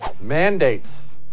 mandates